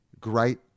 great